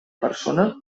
persona